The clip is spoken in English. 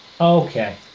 Okay